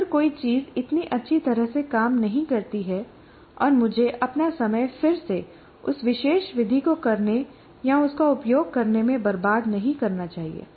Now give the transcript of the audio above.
अगर कोई चीज इतनी अच्छी तरह से काम नहीं करती है और मुझे अपना समय फिर से उस विशेष विधि को करने या उसका उपयोग करने में बर्बाद नहीं करना चाहिए